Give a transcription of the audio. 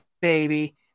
baby